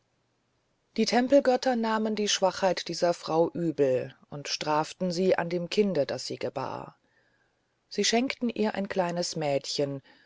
die tempelgötter nahmen die schwachheit dieser frau übel und straften sie an dem kinde das sie gebar sie schenkten ihr ein kleines mädchen